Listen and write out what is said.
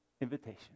invitation